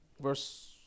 Verse